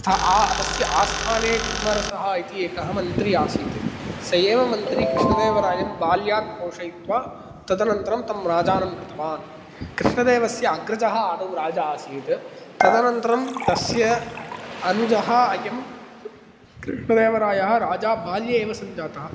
स्था तस्य आस्थाने तिम्मरसः इति एकः मन्त्री आसीत् स एव मन्त्री कृष्णदेवरायं बाल्यात् पोषयित्वा तदन्तरं तं राजानं कृतवान् कृष्णदेवस्य अग्रजः आदौ राजा आसीत् तदन्तरं तस्य अनुजः अयं कृष्णदेवरायः राजा बाल्ये एव सञ्जातः